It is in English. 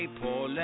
poor